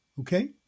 Okay